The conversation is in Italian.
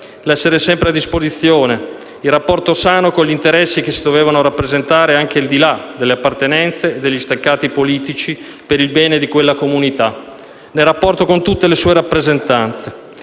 l'essere sempre a disposizione, il rapporto sano con gli interessi che si dovevano rappresentare, anche al di là delle appartenenze e degli steccati politici, per il bene di quella comunità, nel rapporto con tutte le sue rappresentanze.